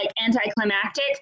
anticlimactic